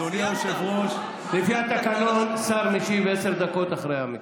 לפי התקנון, השר משיב עשר דקות אחרי המציע.